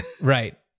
right